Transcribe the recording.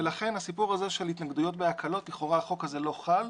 לכן הסיפור הזה של התנגדויות בהקלות לכאורה החוק הזה לא חל,